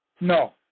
No